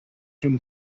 him